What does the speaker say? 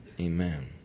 Amen